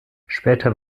später